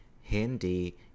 Hindi